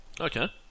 Okay